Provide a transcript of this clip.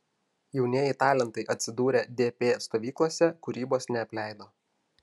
jaunieji talentai atsidūrę dp stovyklose kūrybos neapleido